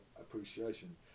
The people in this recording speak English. appreciation